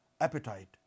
appetite